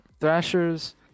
Thrasher's